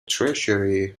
treasury